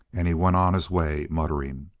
and he went on his way muttering.